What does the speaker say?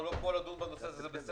זה שאנחנו לא פה לדון בנושא הזה זה בסדר,